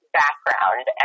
background